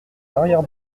l’arrière